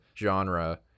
genre